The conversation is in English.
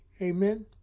Amen